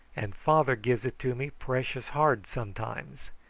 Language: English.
and father gives it to me precious hard sometimes.